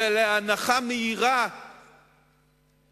ולהנחה מהירה של